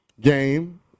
game